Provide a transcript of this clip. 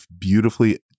beautifully